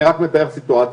אני רק מתאר סיטואציה.